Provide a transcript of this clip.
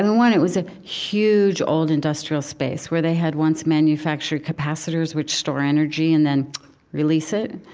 and one, it was a huge, old, industrial space where they had once manufactured capacitors, which store energy and then release it.